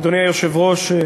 אדוני היושב-ראש,